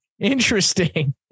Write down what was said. interesting